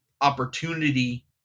opportunity